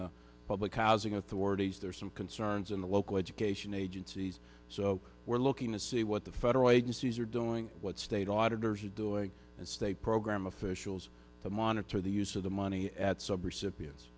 the public housing authorities there are some concerns in the local education agencies so we're looking to see what the federal agencies are doing what state auditor's are doing and state program officials to monitor the use of the money at some recipients